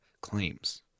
claims